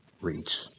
reach